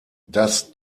das